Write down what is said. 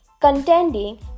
contending